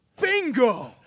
bingo